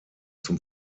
zum